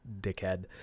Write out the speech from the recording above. dickhead